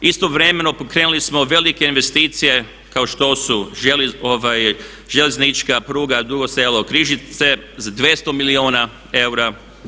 Istovremeno pokrenuli smo velike investicije kao što su željeznička pruga Dugo selo-Križevci za 200 milijuna eura.